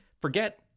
forget